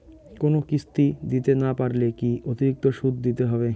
কোনো কিস্তি দিতে না পারলে কি অতিরিক্ত সুদ দিতে হবে?